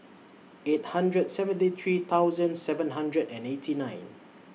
eight hundred and seventy three thousand seven hundred and eighty nine